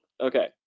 Okay